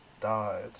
died